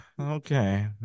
okay